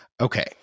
Okay